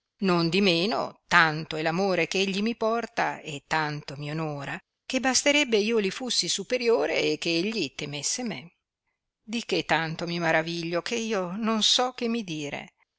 superiore nondimeno tanto è l'amore che egli mi porta e tanto mi onora che basterebbe io li lussi superiore e che egli temesse me di che tanto mi maraviglio che io non so che mi dire